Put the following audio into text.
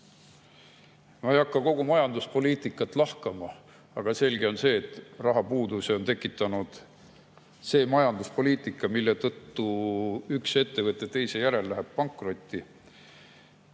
Ma ei hakka kogu majanduspoliitikat lahkama, aga selge on see, et rahapuuduse on tekitanud see majanduspoliitika, mille tõttu üks ettevõte teise järel läheb pankrotti.